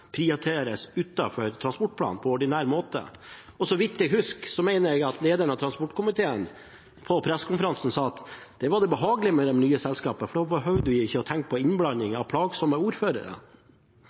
prioriteres utenfor transportplanen på ordinær måte. Så vidt jeg husker, sa lederen for transportkomiteen på pressekonferansen at det var det behagelige med det nye selskapet, for da behøvde en ikke tenke på innblanding fra plagsomme ordførere. Det kan stå som